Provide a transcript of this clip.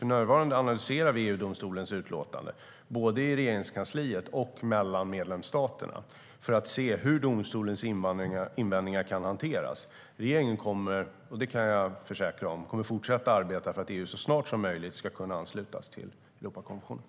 För närvarande analyserar vi EU-domstolens utlåtande, både i Regeringskansliet och mellan medlemsstaterna, för att se hur domstolens invändningar kan hanteras. Regeringen kommer - det kan jag försäkra - att fortsätta arbeta för att EU så snart som möjligt ska kunna anslutas till Europakonventionen.